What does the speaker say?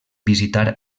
visitar